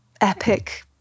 epic